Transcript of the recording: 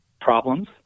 problems